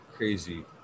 Crazy